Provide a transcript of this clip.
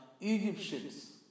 Egyptians